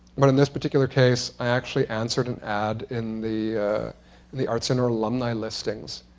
but in this particular case, i actually answered an ad in the the art center alumni listings.